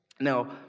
Now